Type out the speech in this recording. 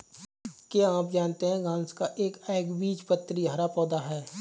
क्या आप जानते है घांस एक एकबीजपत्री हरा पौधा है?